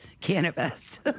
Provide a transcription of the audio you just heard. cannabis